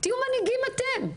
תהיו מנהיגים אתם,